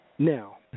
Now